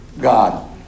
God